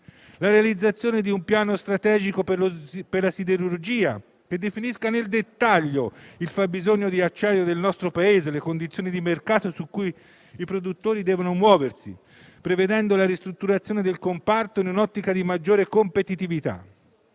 la realizzazione di un piano strategico per la siderurgia che definisca nel dettaglio il fabbisogno di acciaio del nostro Paese e le condizioni di mercato su cui i produttori devono muoversi, prevedendo la ristrutturazione del comparto in un'ottica di maggiore competitività.